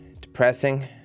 depressing